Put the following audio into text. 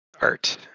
Art